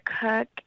cook